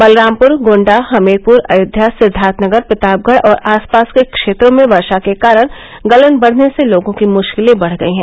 बलरामपुर गोंडा हमीरपुर अयोध्या सिद्धार्थनगर प्रतापगढ़ और आस पास के क्षेत्रों में वर्षा के कारण गलन बढ़ने से लोगों की मुश्किलें बढ़ गई हैं